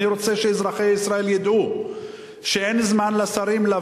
אני רוצה שאזרחי ישראל ידעו שאין לשרים זמן